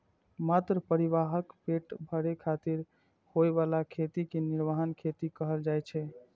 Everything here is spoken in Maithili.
मात्र परिवारक पेट भरै खातिर होइ बला खेती कें निर्वाह खेती कहल जाइ छै